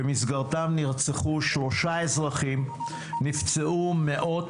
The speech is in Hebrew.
במסגרתם נרצחו שלושה אזרחים; נפצעו מאות